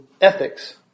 ethics